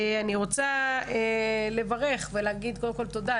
אני רוצה לברך ולהגיד קודם כל תודה,